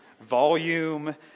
volume